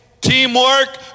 Teamwork